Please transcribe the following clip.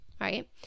Right